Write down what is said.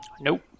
Nope